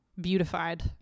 beautified